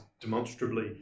demonstrably